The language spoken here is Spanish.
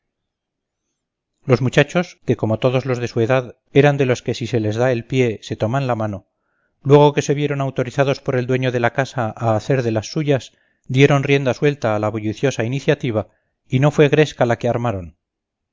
los muchachos que como todos los de su edad eran de los que si se les da el pie se toman la mano luego que se vieron autorizados por el dueño de la casa para hacer de las suyas dieron rienda suelta a la bulliciosa iniciativa y no fue gresca la que armaron